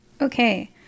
Okay